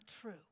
true